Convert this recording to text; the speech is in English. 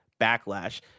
backlash